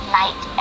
night